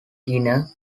dinner